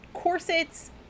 corsets